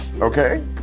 Okay